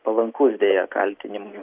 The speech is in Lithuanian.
palankus dėl kaltinimui